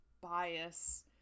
bias